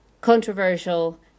controversial